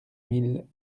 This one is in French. mille